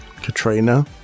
Katrina